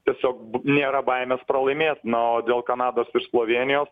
tiesiog nėra baimės pralaimėt na o dėl kanados ir slovėnijos